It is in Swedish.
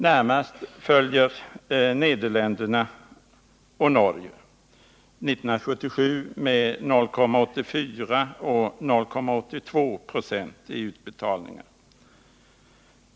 Närmast följer Nederländerna och Norge — 1977 med 0,84 resp. 0,82 96 i utbetalningar.